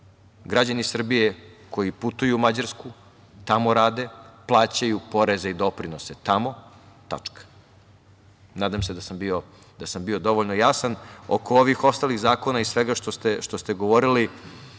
građani Srbije koji putuju u Mađarsku, tamo rade plaćaju poreze i doprinose tamo, tačka. Nadam se da sam bio dovoljno jasan. Oko ovih ostalih zakona i svega što ste govorili,